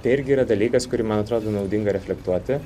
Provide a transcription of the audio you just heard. tai irgi yra dalykas kurį man atrodo naudinga reflektuoti